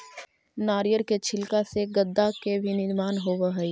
नारियर के छिलका से गद्दा के भी निर्माण होवऽ हई